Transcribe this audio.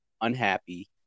unhappy